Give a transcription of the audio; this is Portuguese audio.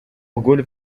orgulho